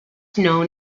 known